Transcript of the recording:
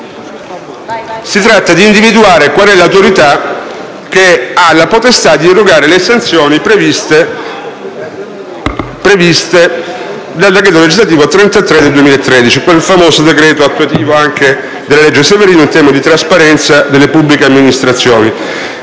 Si tratta di individuare qual è l'autorità che ha la potestà di erogare le sanzioni previste dal decreto legislativo n. 33 del 2013 (il famoso decreto attuativo anche della legge Severino in tema di trasparenza delle pubbliche amministrazioni).